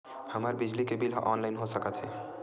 हमर बिजली के बिल ह ऑनलाइन हो सकत हे?